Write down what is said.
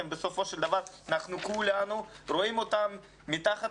בסופו של דבר אנחנו כולנו רואים אותם מתחת